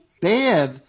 bad